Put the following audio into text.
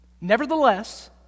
Nevertheless